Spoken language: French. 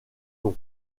nom